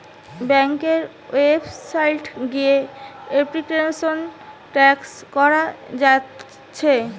ব্যাংকের ওয়েবসাইট গিয়ে application track কোরা যাচ্ছে